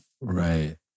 Right